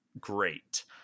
great